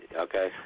okay